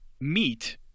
meet